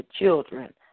Children